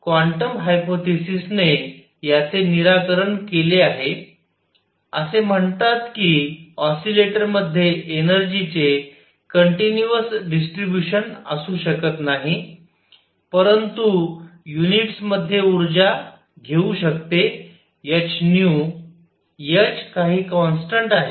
तर क्वान्टम हायपोथेसिसने याचे निराकरण केले आहे असे म्हणतात की ऑसीलेटरमध्ये एनर्जी चे कंटिन्यूअस डिस्ट्रिब्युशन असू शकत नाही परंतु युनिट्समध्ये ऊर्जा घेऊ शकते h h काही कॉन्स्टन्ट आहे